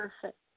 perfect